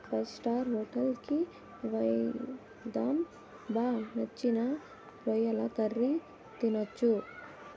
five star hotel కి వెళ్దాం బా నచ్చిన రొయ్యల కర్రీ తినొచ్చు